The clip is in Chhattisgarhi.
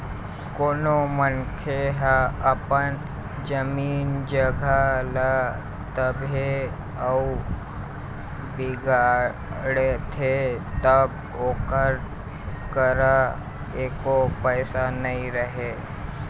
कोनो मनखे ह अपन जमीन जघा ल तभे अउ बिगाड़थे जब ओकर करा एको पइसा नइ रहय